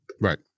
Right